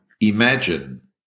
imagine